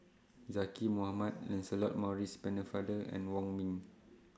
Zaqy Mohamad Lancelot Maurice Pennefather and Wong Ming